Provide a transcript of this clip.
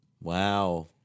Wow